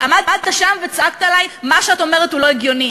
עמדת שם וצעקת עלי: מה שאת אומרת הוא לא הגיוני.